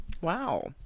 Wow